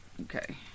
Okay